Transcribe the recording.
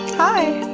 hi.